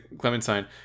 clementine